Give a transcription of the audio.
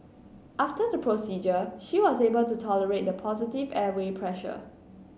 after the procedure she was able to tolerate the positive airway pressure